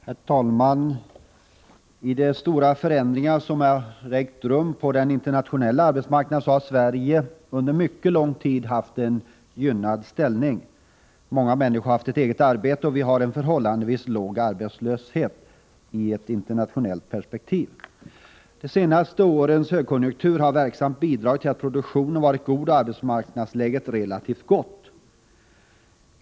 Herr talman! När det gäller de stora förändringar som ägt rum på den internationella arbetsmarknaden har Sverige under mycket lång tid haft en gynnad ställning. Många människor har haft ett eget arbete, och vi har haft en förhållandevis låg arbetslöshet, sett i ett internationellt perspektiv. De senaste årens högkonjunktur har verksamt bidragit till att produktionen varit god och arbetsmarknadsläget relativt gott.